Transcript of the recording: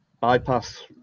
bypass